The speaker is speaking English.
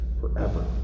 Forever